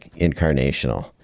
incarnational